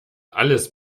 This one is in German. alles